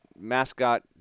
mascot